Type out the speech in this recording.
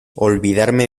olvidarme